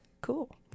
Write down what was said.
cool